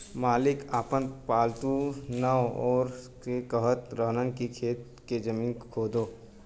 मालिक आपन पालतु नेओर के कहत रहन की खेत के जमीन खोदो